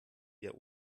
wir